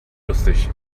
lustig